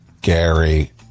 Gary